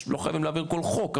לא חייבים להעביר כל חוק,